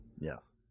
Yes